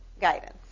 guidance